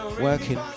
working